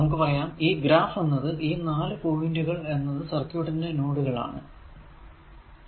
നമുക്ക് പറയാം ഈ ഗ്രാഫ് എന്നത് ഈ 4 പോയിന്റുകൾ എന്നത് സർക്യൂട്ടിലെ നോഡുകൾ ആണ്